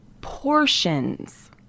portions